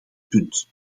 punt